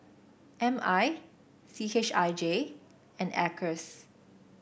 M I C H I J and Acres